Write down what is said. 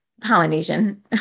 Polynesian